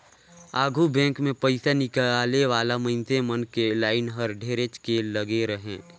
आघु बेंक मे पइसा निकाले वाला मइनसे मन के लाइन हर ढेरेच के लगे रहें